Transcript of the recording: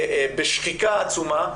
בשחיקה עצומה,